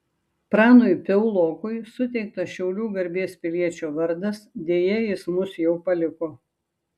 pranui piaulokui suteiktas šiaulių garbės piliečio vardas deja jis mus jau paliko